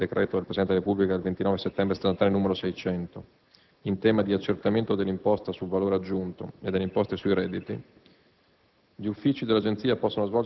richiamato dall'articolo 33 del decreto del Presidente della Repubblica del 29 settembre 1973, n. 600, in tema di accertamento dell'imposta sul valore aggiunto e delle imposte sui redditi,